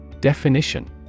Definition